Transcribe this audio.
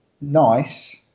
nice